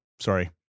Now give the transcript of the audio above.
Sorry